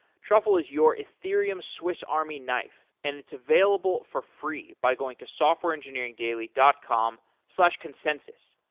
truffle is your ethereum swiss army knife and it's available for free by going to softwareengineeringdaily dot com slash consensys.